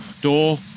Door